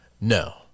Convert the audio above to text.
No